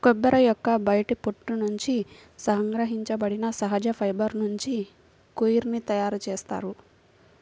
కొబ్బరి యొక్క బయటి పొట్టు నుండి సంగ్రహించబడిన సహజ ఫైబర్ నుంచి కోయిర్ ని తయారు చేస్తారు